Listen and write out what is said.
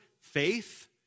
faith